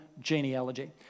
genealogy